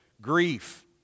grief